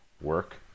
work